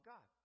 God